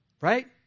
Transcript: Right